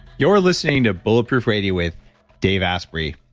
you're listening to bulletproof radio with dave asprey.